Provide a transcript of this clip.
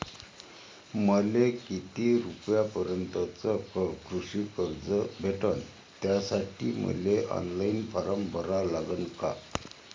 मले किती रूपयापर्यंतचं कृषी कर्ज भेटन, त्यासाठी मले ऑनलाईन फारम भरा लागन का?